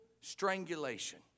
strangulation